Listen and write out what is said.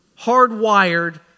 hardwired